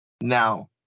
now